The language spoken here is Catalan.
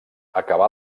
acabà